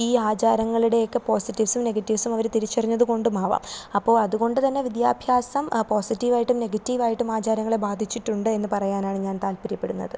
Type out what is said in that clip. ഈ ആചാരങ്ങളുടെയക്കെ പോസിറ്റീവ്സും നെഗറ്റീവ്സും അവർ തിരിച്ചറിഞ്ഞത് കൊണ്ടുമാവാം അപ്പോൾ അതുകൊണ്ട്തന്നെ വിദ്യാഭ്യാസം പോസിറ്റീവ് ആയിട്ടും നെഗറ്റീവ് ആയിട്ടും ആചാരങ്ങളെ ബാധിച്ചിട്ടുണ്ട് എന്ന് പറയാനാണ് ഞാൻ താല്പര്യപ്പെടുന്നത്